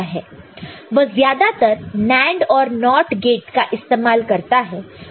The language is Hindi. वह ज्यादातर NAND और NOT गेट का इस्तेमाल करता है